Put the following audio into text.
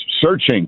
searching